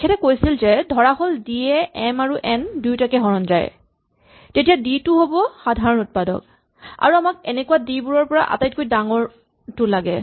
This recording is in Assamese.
তেখেতে কৈছিল যে ধৰাহ'ল ডি য়ে এম আৰু এন দুয়োটাকে হৰণ যায় তেতিয়া ডি টো হ'ব সাধাৰণ উৎপাদক আৰু আমাক এনেকুৱা ডি বোৰৰ পৰা আটাইতকৈ ডাঙৰটো লাগে